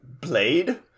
blade